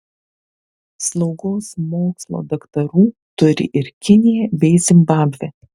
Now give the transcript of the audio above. slaugos mokslo daktarų turi ir kinija bei zimbabvė